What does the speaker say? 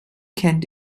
kent